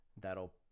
That'll